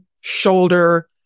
shoulder